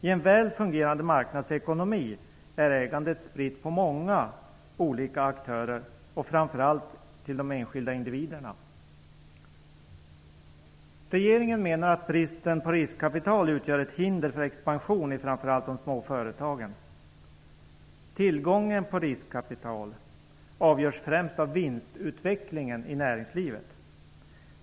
I en väl fungerande marknadsekonomi är ägandet spritt på många olika aktörer och framför allt till de enskilda individerna. Regeringen menar att bristen på riskkapital utgör ett hinder för expansion i framför allt de små företagen. Tillgången på riskkapital avgörs främst av vinstutvecklingen i näringslivet.